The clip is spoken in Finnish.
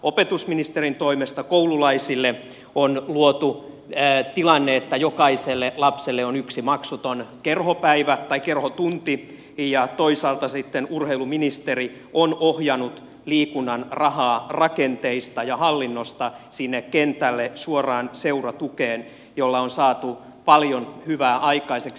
opetusministerin toimesta koululaisille on luotu tilanne että jokaiselle lapselle on yksi maksuton kerhopäivä tai kerhotunti ja toisaalta sitten urheiluministeri on ohjannut liikunnan rahaa rakenteista ja hallinnosta sinne kentälle suoraan seuratukeen jolla on saatu paljon hyvää aikaiseksi